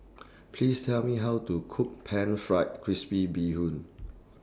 Please Tell Me How to Cook Pan Fried Crispy Bee Hoon